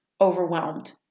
overwhelmed